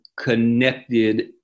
connected